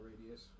radius